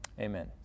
Amen